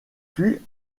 fut